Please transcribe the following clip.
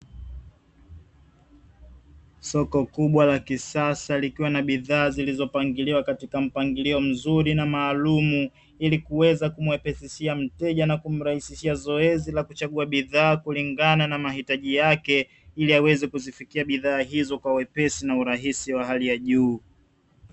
Soko kubwa la kisasa likiwa na bidhaa zilizopangiliwa katika mpangilio mzuri na maalumu, ili kuweza kumwepesishia mteja na kumrahisishia zoezi la kuchagua bidhaa kulingana na mahitaji yake, ili aweze kuzifikia bidhaa hizo kwa wepesi na urahisi wa hali ya juu.